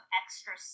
extra